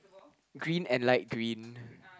green and light green